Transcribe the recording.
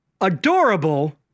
adorable